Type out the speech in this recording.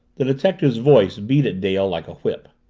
the detective's voice beat at dale like a whip.